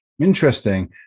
Interesting